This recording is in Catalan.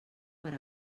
per